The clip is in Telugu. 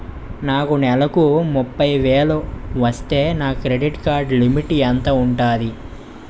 నాకు నెలకు ముప్పై వేలు వస్తే నా క్రెడిట్ కార్డ్ లిమిట్ ఎంత ఉంటాది?